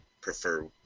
prefer